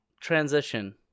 transition